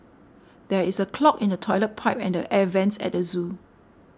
there is a clog in the Toilet Pipe and the Air Vents at the zoo